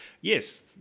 yes